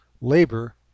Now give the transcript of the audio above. Labor